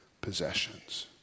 possessions